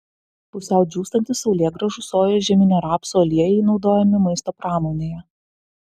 pusiau džiūstantys saulėgrąžų sojos žieminio rapso aliejai naudojami maisto pramonėje